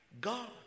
God